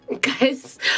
guys